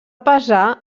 pesar